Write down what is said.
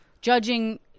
judging